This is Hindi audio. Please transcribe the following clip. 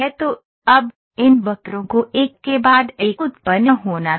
तो अब इन वक्रों को एक के बाद एक उत्पन्न होना था